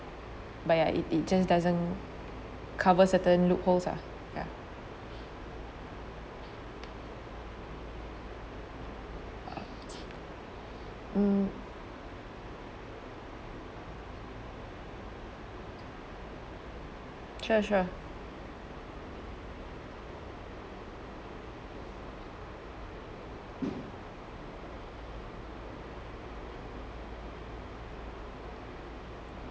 but ya it it just doesn't cover certain loopholes lah ya mm sure sure